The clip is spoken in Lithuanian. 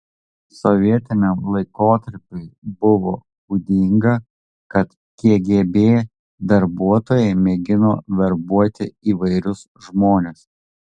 sovietiniam laikotarpiui buvo būdinga kad kgb darbuotojai mėgino verbuoti įvairius žmones